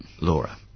Laura